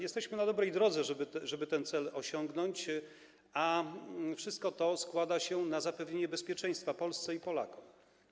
Jesteśmy na dobrej drodze, żeby ten cel osiągnąć, a wszystko to składa się na zapewnienie bezpieczeństwa Polsce i Polakom.